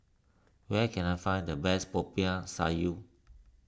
where can I find the best Popiah Sayur